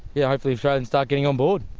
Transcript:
yeah, hopefully australians start getting on board.